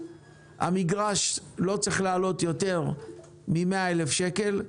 המגרש לא צריך לעלות יותר מ-100,000 שקל.